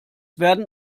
werden